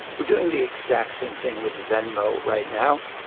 we're doing the exact same thing with venmo right now.